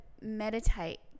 meditate